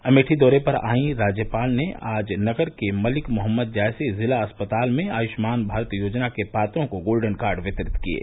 अमेठी दौरे पर आयी राज्यपाल ने आज नगर के मलिक मोहम्मद जायसी जिला अस्पताल में आय्ष्मान भारत योजना के पात्रों को गोल्डन कार्ड वितरित किये